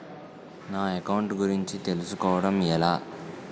నా అకౌంట్ గురించి తెలుసు కోవడం ఎలా?